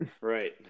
Right